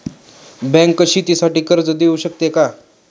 Bank शेतीसाठी कर्ज देऊ शकते का?